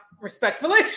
respectfully